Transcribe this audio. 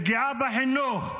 לפגיעה בחינוך,